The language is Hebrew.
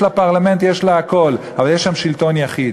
יש לה פרלמנט, יש לה הכול, אבל יש שם שלטון יחיד.